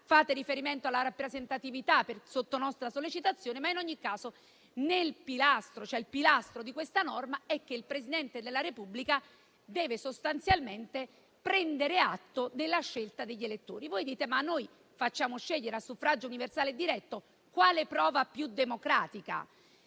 Fate riferimento alla rappresentatività, sotto nostra sollecitazione, ma, in ogni caso, il pilastro di questa norma è che il Presidente della Repubblica deve sostanzialmente prendere atto della scelta degli elettori. Voi dite: ma noi facciamo scegliere a suffragio universale e diretto, quale prova più democratica?